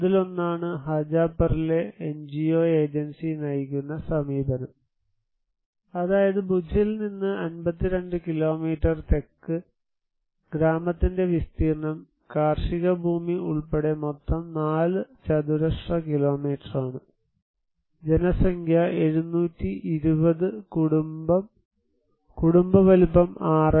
അതിലൊന്നാണ് ഹജാപറിലെ NGO agency നയിക്കുന്ന സമീപനം അതായത് ഭുജിൽ നിന്ന് 52 കിലോമീറ്റർ തെക്ക് ഗ്രാമത്തിന്റെ വിസ്തീർണ്ണം കാർഷിക ഭൂമി ഉൾപ്പെടെ മൊത്തം 4 ചതുരശ്ര കിലോമീറ്ററാണ് ജനസംഖ്യ 720 കുടുംബ വലുപ്പം 6